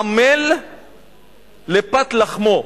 עמל לפת לחמו.